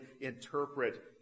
interpret